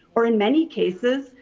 or in many cases,